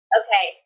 okay